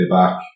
back